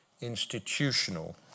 institutional